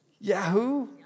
Yahoo